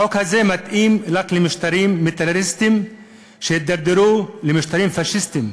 החוק הזה מתאים רק למשטרים מיליטריסטיים שהידרדרו למשטרים פאשיסטיים.